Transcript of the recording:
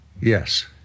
Yes